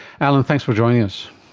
alan, thanks for joining us.